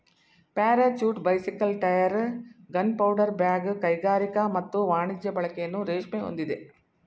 parachute bicycle tyre gunpowder bag ಕೈಗಾರಿಕಾ ಮತ್ತು ವಾಣಿಜ್ಯ ಬಳಕೆಯನ್ನು ರೇಷ್ಮೆ ಹೊಂದಿದೆ